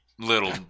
little